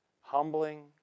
humbling